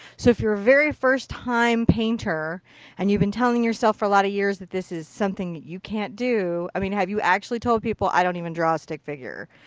so if you're a very first time painter and you've been telling yourself for a lot of years that this is something you can't do. i mean have you actually told people i don't even draw a stick figure.